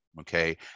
okay